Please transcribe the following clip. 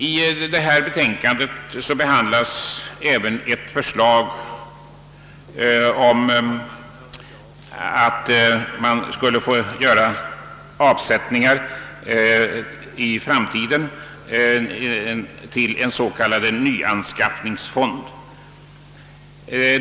I betänkandet behandlas även ett förslag om rätt till avdrag för avsättningar till en s.k. nyanskaffningsfond.